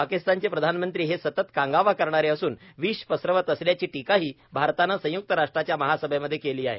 पाकिस्तानचे प्रधानमंत्री हे सतत कांगावा करणारे असून विष पसरवत असल्याची टीकाही भारतान संयुक्त राष्ट्राच्या महासभेमध्ये केली आहे